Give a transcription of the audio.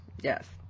Yes